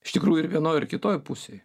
iš tikrųjų ir vienoj ir kitoj pusėj